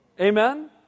Amen